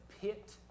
pit